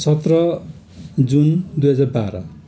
सत्र जुन दुई हजार बाह्र